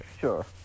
Sure